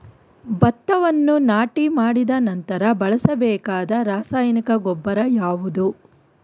ಭತ್ತವನ್ನು ನಾಟಿ ಮಾಡಿದ ನಂತರ ಬಳಸಬೇಕಾದ ರಾಸಾಯನಿಕ ಗೊಬ್ಬರ ಯಾವುದು?